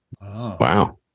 Wow